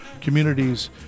communities